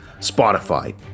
Spotify